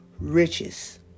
riches